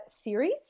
series